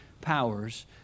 powers